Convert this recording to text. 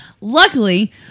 Luckily